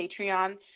Patreon